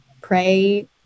Pray